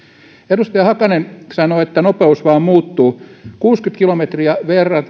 edustaja hakanen sanoi että nopeus vain muuttuu kuusikymmentä kilometriä